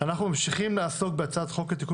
אנחנו ממשיכים לעסוק בהצעת חוק לתיקון